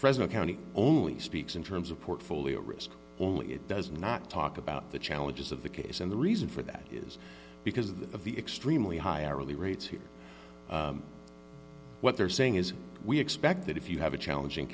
fresno county only speaks in terms of portfolio risk only it does not talk about the challenges of the case and the reason for that is because of the of the extremely high hourly rates here what they're saying is we expect that if you have a challeng